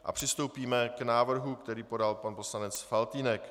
A přistoupíme k návrhu, který podal pan poslanec Faltýnek.